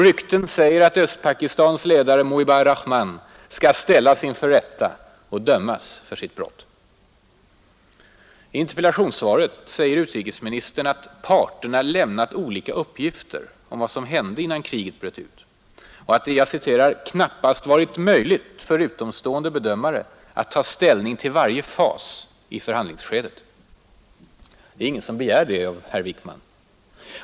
Rykten säger att Östpakistans ledare Muhibar Rahman skall ställas inför rätta och dömas för sitt brott. I interpellationssvaret säger utrikesministern att ”parterna lämnat olika uppgifter” om vad som hände innan kriget bröt ut och att det ”knappast varit möjligt för utomstående bedömare att ta ställning till varje fas” i förhandlingsskedet. Det är ingen som begär det av herr Wickman.